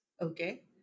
Okay